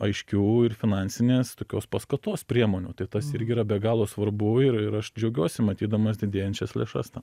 aiškių ir finansinės tokios paskatos priemonių tai tas irgi yra be galo svarbu ir ir aš džiaugiuosi matydamas didėjančias lėšas tam